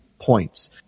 points